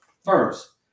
First